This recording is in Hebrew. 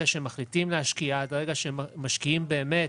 שמחליטים להשקיע עד הרגע שמשקיעים באמת,